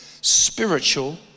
spiritual